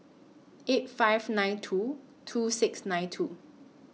eight five nine two two six nine two